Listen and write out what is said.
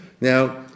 Now